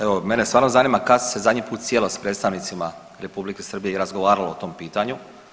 Evo mene stvarno zanima kada se zadnji put sjelo s predstavnicima Republike Srbije i razgovaralo o tom pitanju.